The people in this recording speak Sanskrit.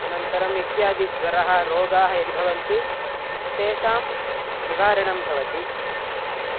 अनन्तरम् इत्यादिज्वरः रोगाः यदि भवन्ति तेषां निवारणं भवति